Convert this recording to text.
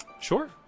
Sure